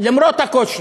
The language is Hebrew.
למרות הקושי,